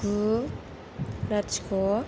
गु लाथिख'